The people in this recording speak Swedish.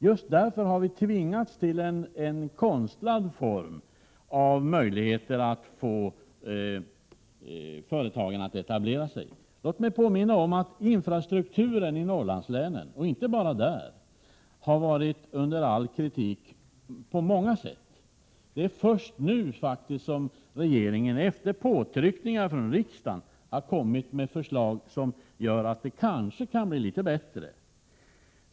Just därför har en konstlad form av möjligheter framtvingats för att företagen skall etablera sig. Infrastrukturen i Norrlandslänen — och inte bara där — har varit under all kritik på många sätt. Det är först nu som regeringen, efter påtryckningar från riksdagen, har kommit med förslag som kan göra att det blir litet bättre.